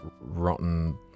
rotten